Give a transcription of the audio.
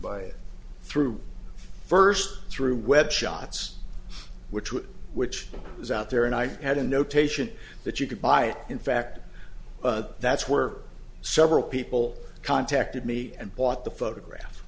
it through first through web shots which was which was out there and i had a notation that you could buy it in fact but that's where several people contacted me and bought the photograph